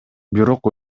бирок